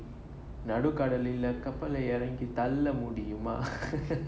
நடுக்கடலில கப்பலை இறங்கி தள்ள முடியுமா:nadukadalil kappalai irangi thalla mudiuma